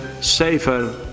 safer